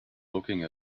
looking